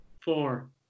Four